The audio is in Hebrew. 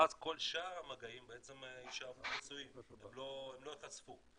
ואז כל שאר המגעים בעצם יישארו חסויים, לא ייחשפו.